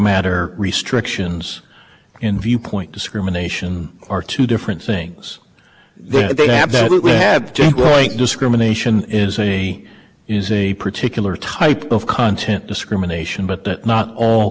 matter restrictions in viewpoint discrimination are two different things they have to have discrimination is any use a particular type of content discrimination but not all